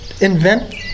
invent